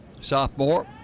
Sophomore